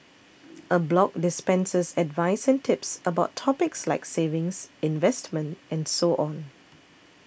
a blog dispenses advice and tips about topics like savings investment and so on